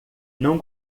não